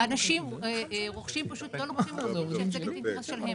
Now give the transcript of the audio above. שאנשים רוכשים ולא לוקחים עורך דין שייצג את האינטרס שלהם.